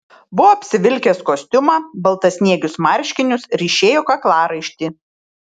buvo apsivilkęs kostiumą baltasniegius marškinius ryšėjo kaklaraištį